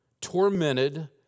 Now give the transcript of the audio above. tormented